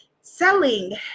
selling